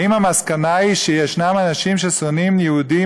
האם המסקנה היא שישנם אנשים ששונאים יהודים